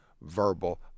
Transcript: verbal